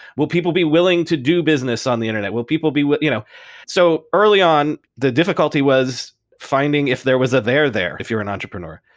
will people be willing to do business on the internet? will people be you know so early on, the difficulty was finding if there was a there there, if you're an entrepreneur.